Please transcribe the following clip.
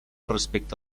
respecte